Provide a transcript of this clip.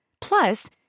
Plus